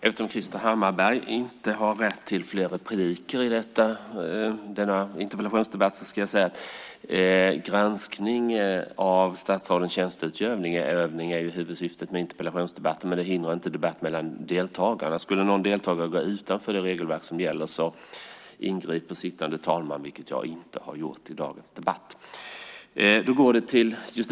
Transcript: Eftersom Krister Hammarbergh inte har rätt till fler repliker i denna interpellationsdebatt vill jag säga att huvudsyftet med interpellationsdebatten är granskning av statsrådens tjänsteutövning, men det hindrar inte en debatt mellan deltagarna. Skulle någon deltagare gå utanför det regelverk som gäller ingriper sittande talman, vilket jag inte har gjort i dagens debatt.